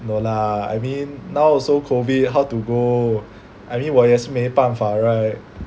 no lah I mean now also COVID how to go I mean 我也是没办法 right